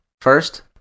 First